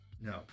No